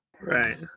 Right